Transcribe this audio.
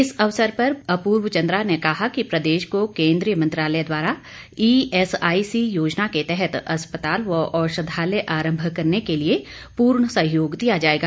इस अवसर पर अपूर्व चन्द्रा ने कहा कि प्रदेश को केन्द्रीय मंत्रालय द्वारा ई एसआईसी योजना के तहत अस्पताल व औषधालय आरम्भ करने के लिए पूर्ण सहयोग दिया जाएगा